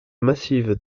massive